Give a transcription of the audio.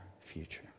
future